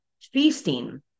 feasting